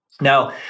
Now